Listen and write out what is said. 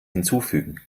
hinzufügen